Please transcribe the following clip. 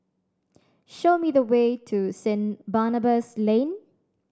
show me the way to Saint Barnabas Lane